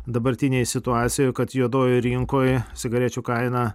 dabartinėj situacijoj kad juodojoj rinkoj cigarečių kaina